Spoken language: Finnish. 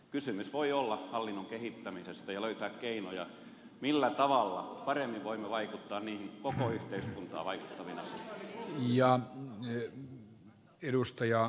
kysymys voi olla hallinnon kehittämisestä ja keinojen löytämisestä millä tavalla paremmin voimme vaikuttaa niihin koko yhteiskuntaan vaikuttaviin asioihin